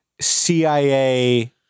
CIA